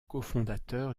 cofondateur